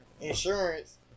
insurance